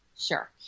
Sure